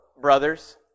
brothers